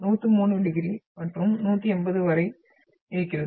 103 degree முதல் 180 வரை இருக்கிறது